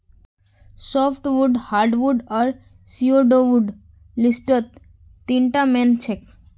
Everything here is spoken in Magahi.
सॉफ्टवुड हार्डवुड आर स्यूडोवुड लिस्टत तीनटा मेन छेक